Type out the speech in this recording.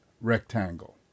rectangle